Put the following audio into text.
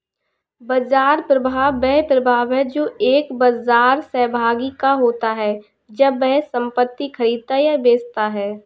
बाजार प्रभाव वह प्रभाव है जो एक बाजार सहभागी का होता है जब वह संपत्ति खरीदता या बेचता है